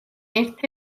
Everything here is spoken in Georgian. ერთ